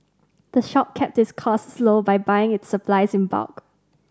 the shop kept its costs low by buying its supplies in bulk